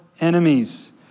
enemies